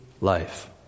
life